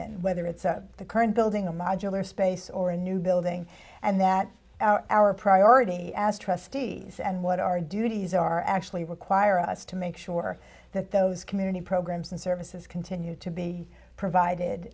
in whether it's at the current building a modular space or a new building and that our priority as trustees and what our duties are actually require us to make sure that those community programs and services continue to be provided